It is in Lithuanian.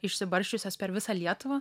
išsibarsčiusios per visą lietuvą